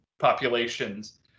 populations